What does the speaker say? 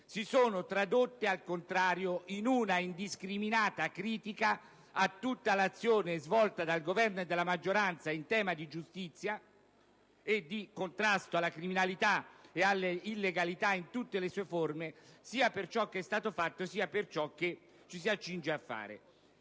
si sono tradotte in una indiscriminata critica a tutta l'azione svolta dal Governo e dalla maggioranza in tema di giustizia e di contrasto alla criminalità e all'illegalità in tutte le sue forme, sia per ciò che è stato fatto sia per ciò che ci si accinge a fare.